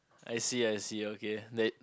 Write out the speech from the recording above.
I see I see okay that